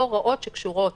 או הוראות שקשורות